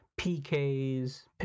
pks